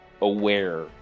aware